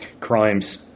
crimes